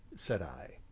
said i.